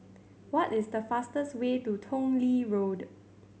what is the fastest way to Tong Lee Road